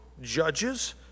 Judges